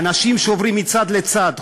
אנשים שעוברים מצד לצד,